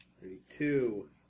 thirty-two